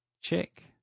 check